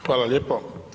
Hvala lijepo.